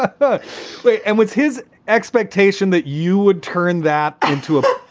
ah but but and what's his expectation that you would turn that into a.